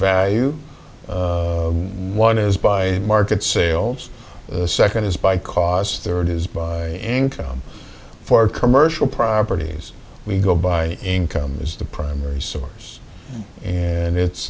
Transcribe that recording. value one is by market sales the second is by cause third is by income for commercial properties we go by income as the primary source and it's